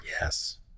Yes